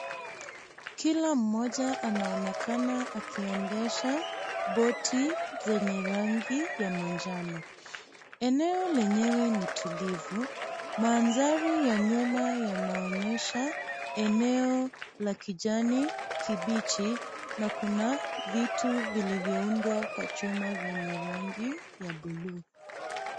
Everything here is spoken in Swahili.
Kila mmoja anaonekana akiendesha boti zenye rangi ya manjano. Eneo lenyewe ni tulivu, mandhari ya nyuma yanaonyesha eneo la kijani kibichi na kuna vitu vilivyoundwa kwa chuma vyenye rangi ya blue .